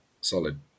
solid